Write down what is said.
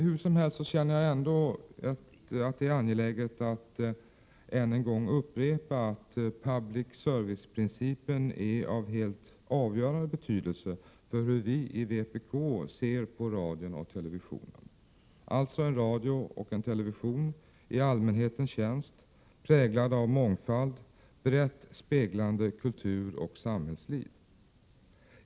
Hur som helst känner jag det angeläget att än en gång upprepa att public service-principen är av helt avgörande betydelse för vpk:s syn på radion och televisionen, alltså en radio och en television i allmänhetens tjänst, präglad av mångfald och brett speglande kulturoch samhällsliv.